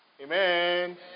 Amen